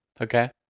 Okay